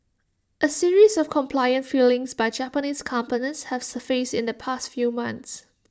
A series of compliance failings by Japanese companies have surfaced in the past few months